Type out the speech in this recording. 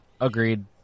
agreed